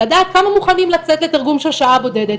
לדעת כמה מוכנים לצאת לתרגום של שעה בודדת.